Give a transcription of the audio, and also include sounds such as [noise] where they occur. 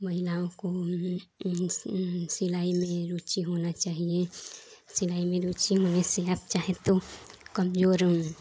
महिलाओं को विभिन्न [unintelligible] सिलाई में रुचि होना चाहिए सिलाई में रुचि होने से आप चाहें तो कमजोर